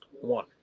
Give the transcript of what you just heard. one